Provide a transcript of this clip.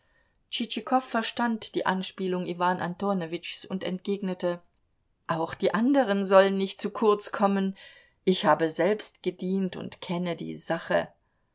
tschitschikow verstand die anspielung iwan antonowitschs und entgegnete auch die anderen sollen nicht zu kurz kommen ich habe selbst gedient und kenne die sache